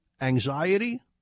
anxiety